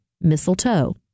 mistletoe